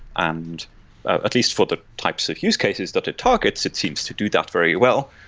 and ah at least for the types of use cases that it targets, it seems to do that very well.